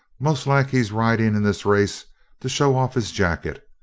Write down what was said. most like he's riding in this race to show off his jacket,